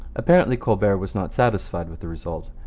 apparently colbert was not satisfied with the result.